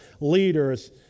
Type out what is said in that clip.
leaders